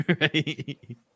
Right